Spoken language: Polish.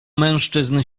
mężczyzn